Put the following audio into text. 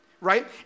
right